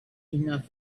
enough